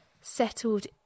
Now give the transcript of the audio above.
settled